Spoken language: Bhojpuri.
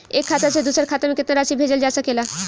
एक खाता से दूसर खाता में केतना राशि भेजल जा सके ला?